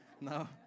No